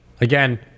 Again